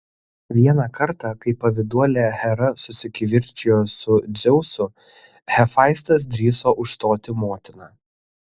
vieną kartą kai pavyduolė hera susikivirčijo su dzeusu hefaistas drįso užstoti motiną